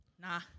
Nah